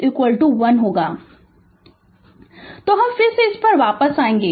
Refer Slide Time 1311 तो हम फिर से इस पर वापस आएंगे